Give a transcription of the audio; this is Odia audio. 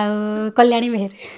ଆଉ କଲ୍ୟାଣୀ ମେହେର୍